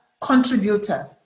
contributor